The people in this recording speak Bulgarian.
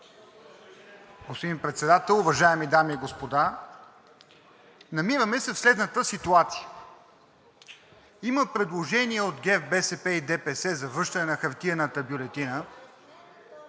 Господин Председател, уважаеми дами и господа! Намираме се в следната ситуация – има предложение от ГЕРБ, БСП и ДПС за връщане на хартиената бюлетина.